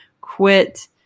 quit